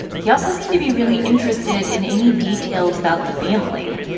he also seemed to be really interested in any details about the family.